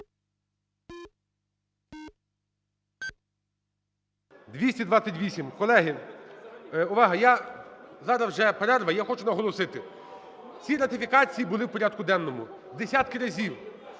За-228 Колеги, увага! Я, зараз вже перерва, я хочу наголосити. Ці ратифікації були в порядку денному десятки разів.